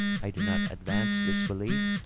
i do not advance this belief.